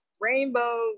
rainbow